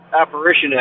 apparition